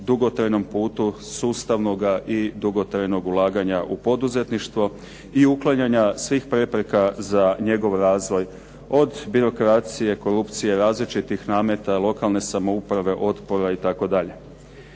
dugotrajnom putu sustavnog i dugotrajnog ulaganja u poduzetništvu i uklanjanja svih prepreka za njegov razvoj, od birokracije, korupcije, različitih nameta lokalne samouprave, otpora itd.